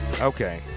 Okay